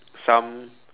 some